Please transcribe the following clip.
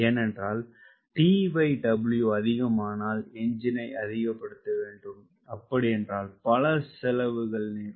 ஏனென்றால் TW அதிகமானால் எஞ்சினை அதிகப்படுத்தவேண்டும் அப்படியென்றால் பல செலவுகள் நேரும்